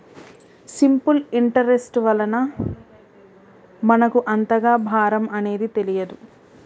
simple interest వలన మనకు అంతగా భారం అనేది తెలియదు